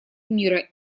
мира